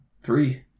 Three